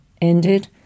ended